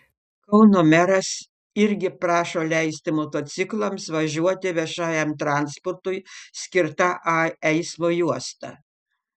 kauno meras irgi prašo leisti motociklams važiuoti viešajam transportui skirta a eismo juosta